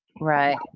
right